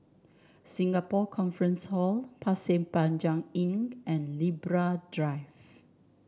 Singapore Conference Hall Pasir Panjang Inn and Libra Drive